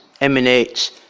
emanates